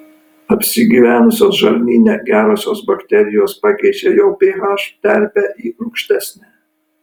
apsigyvenusios žarnyne gerosios bakterijos pakeičia jo ph terpę į rūgštesnę